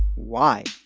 why?